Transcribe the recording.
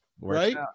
Right